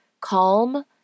calm